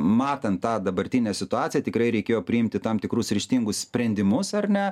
matant tą dabartinę situaciją tikrai reikėjo priimti tam tikrus ryžtingus sprendimus ar ne